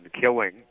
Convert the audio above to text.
killing